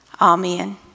Amen